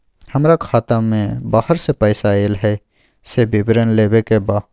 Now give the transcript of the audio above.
हमरा खाता में बाहर से पैसा ऐल है, से विवरण लेबे के बा?